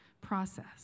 process